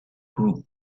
group